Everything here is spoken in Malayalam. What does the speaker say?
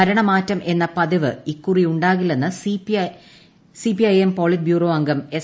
ഭരണമാറ്റം എന്ന പതിവ് ഇക്കുറി ഉണ്ടാകില്ലെന്ന് സിപിഐ എം പോളിറ്റ് ബ്യൂറോ അംഗം എസ്